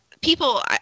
people